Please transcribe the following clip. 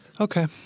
Okay